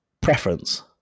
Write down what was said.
preference